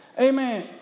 Amen